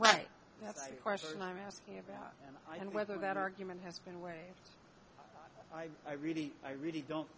about whether that argument has been away i really i really don't